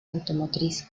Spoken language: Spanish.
automotriz